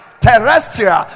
Terrestrial